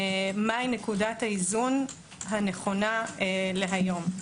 מהי נקודת האיזון הנכונה להיום.